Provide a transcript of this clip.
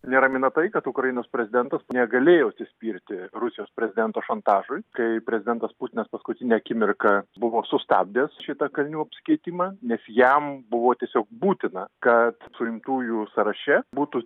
neramina tai kad ukrainos prezidentas negalėjo atsispirti rusijos prezidento šantažui kai prezidentas putinas paskutinę akimirką buvo sustabdęs šitą kalinių apsikeitimą nes jam buvo tiesiog būtina kad suimtųjų sąraše būtų